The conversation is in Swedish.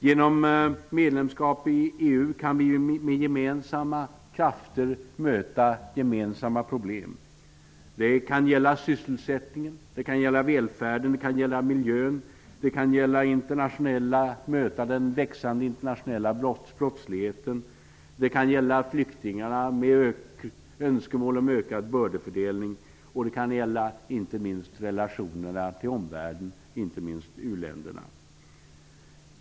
Genom medlemskap i EU kan vi med gemensamma krafter möta gemensamma problem. Det kan gälla sysselsättningen, välfärden, miljön, den växande internationella brottsligheten, flyktingarna med önskemål om bördefördelning. Det kan gälla inte minst relationerna till omvärlden, framför allt till u-länderna.